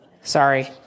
Sorry